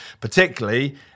Particularly